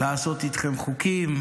לחוקק איתכם חוקים,